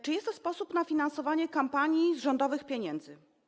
Czy jest to sposób na finansowanie kampanii z rządowych pieniędzy?